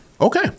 Okay